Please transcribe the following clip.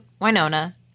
Winona